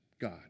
God